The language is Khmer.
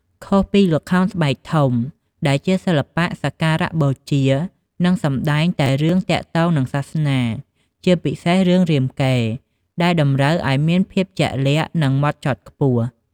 ខុសពីល្ខោនស្បែកធំ ដែលជាសិល្បៈសក្ការៈបូជា និងសម្តែងតែរឿងទាក់ទងនឹងសាសនា ជាពិសេសរឿងរាមកេរ្តិ៍ ដែលតម្រូវឱ្យមានភាពជាក់លាក់ និងហ្មត់ចត់ខ្ពស់ ។